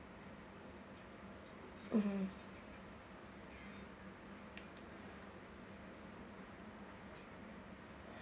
mmhmm